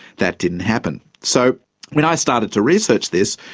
that didn't happen. so when i started to research this,